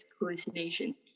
hallucinations